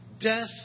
Death